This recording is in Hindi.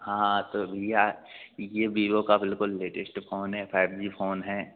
हाँ तो भैया यह बीवो का बिलकुल लेटिश्ट फोन है फाइब जी फोन है